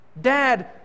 Dad